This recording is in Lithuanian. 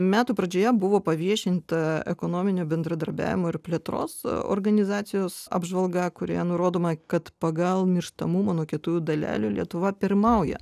metų pradžioje buvo paviešinta ekonominio bendradarbiavimo ir plėtros organizacijos apžvalga kurioje nurodoma kad pagal mirštamumą nuo kietųjų dalelių lietuva pirmauja